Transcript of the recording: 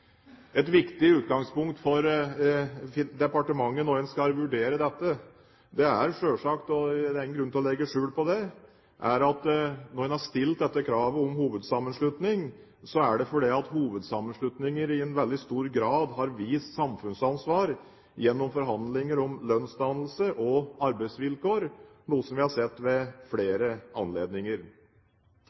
Et viktig utgangspunkt for departementet når en skal vurdere dette, er selvsagt – det er ingen grunn til å legge skjul på det – at når en har stilt dette kravet om hovedsammenslutning, er det fordi hovedsammenslutninger i veldig stor grad har vist samfunnsansvar gjennom forhandlinger om lønnsdannelse og arbeidsvilkår, noe som vi har sett ved flere anledninger.